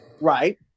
Right